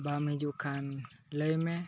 ᱵᱟᱢ ᱦᱤᱡᱩᱜᱠᱷᱟᱱ ᱞᱟᱹᱭᱢᱮ